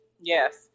Yes